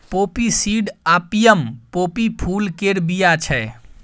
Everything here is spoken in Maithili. पोपी सीड आपियम पोपी फुल केर बीया छै